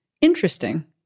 Interesting